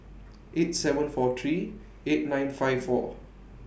eight seven four three eight nine five four